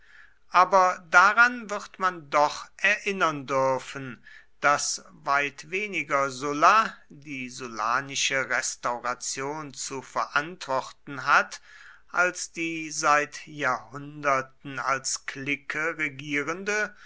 aber daran wird man doch erinnern dürfen daß weit weniger sulla die sullanische restauration zu verantworten hat als die seit jahrhunderten als clique regierende